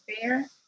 fair